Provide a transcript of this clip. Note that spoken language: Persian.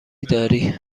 داری